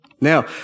Now